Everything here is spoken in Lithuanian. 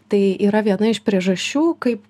tai yra viena iš priežasčių kaip